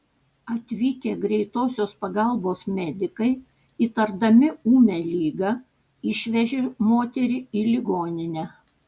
atvykę greitosios pagalbos medikai įtardami ūmią ligą išvežė moterį į ligoninę